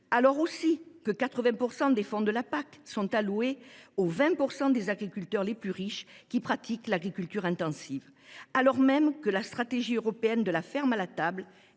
le même temps, 80 % des fonds de la PAC sont alloués aux 20 % des agriculteurs les plus riches, qui pratiquent l’agriculture intensive. Dans le même temps, la stratégie européenne « de la ferme à la table